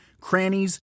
crannies